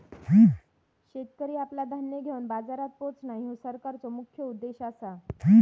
शेतकरी आपला धान्य घेवन बाजारात पोचणां, ह्यो सरकारचो मुख्य उद्देश आसा